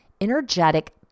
energetic